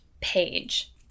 page